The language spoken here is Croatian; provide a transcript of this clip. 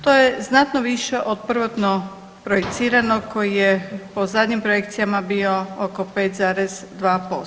To je znatno više od prvotno projiciranog koji je po zadnjim projekcijama bio oko 5,2%